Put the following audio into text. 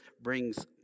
brings